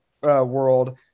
world